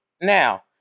Now